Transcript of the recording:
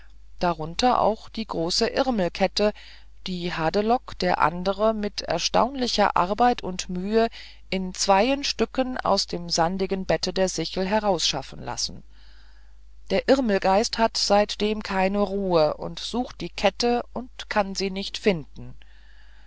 darunter auch die große irmelskette die hadelock der andere mit erstaunlicher arbeit und mühe in zweien stücken aus dem sandigen bette der sichel herausschaffen lassen der irmel geist hat seitdem keine ruhe und sucht die kette und kann sie nicht finden